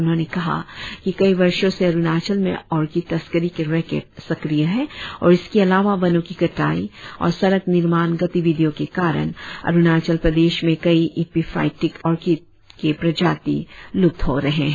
उन्होंने कहा कि कइ वर्षों से अरुणाचल में आर्किड तस्करी के रैकेट सक्रिय है और इसके अलावा वनों की कटाई और सड़क निर्माण गतिविधियों के कारण अरुणाचल प्रदेश में कई एपीफाईटिक आर्किड के प्रजाति लुप्त हो रहे है